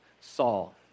Saul